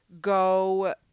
go